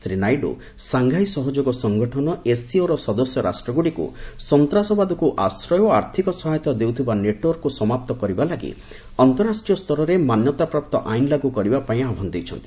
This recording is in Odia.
ଶ୍ରୀ ନାଇଡ଼ୁ ସାଙ୍ଘାଇ ସହଯୋଗ ସଙ୍ଗଠନ ଏସ୍ସିଓର ସଦସ୍ୟ ରାଷ୍ଟ୍ରଗୁଡ଼ିକୁ ସନ୍ତାସବାଦକୁ ଆଶ୍ରୟ ଓ ଆର୍ଥିକ ସହାୟତା ଦେଉଥିବା ନେଟ୍ୱାର୍କକୁ ସମାପ୍ତ କରିବାପାଇଁ ଅନ୍ତଃରାଷ୍ଟ୍ରୀୟ ସ୍ତରରେ ମାନ୍ୟତାପ୍ରାପ୍ତ ଆଇନ ଲାଗୁ କରିବାପାଇଁ ଆହ୍ବାନ ଦେଇଛନ୍ତି